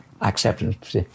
acceptance